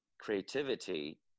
creativity